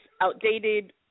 outdated